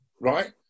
right